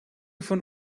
von